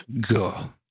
go